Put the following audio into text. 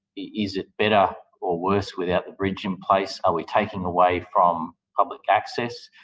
is it better or worse without the bridge in place? are we taking away from public access?